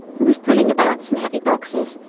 who was pulling about some heavy boxes,